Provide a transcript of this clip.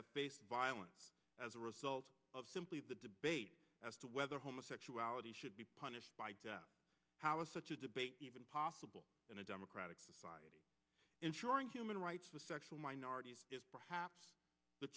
have based violence as a result of simply the debate as to whether homosexuality should be punished by death how is such a debate even possible in a democratic society ensuring human rights of sexual minorities is perhaps the